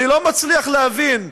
אני לא מצליח להבין.